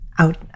Out